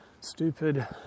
stupid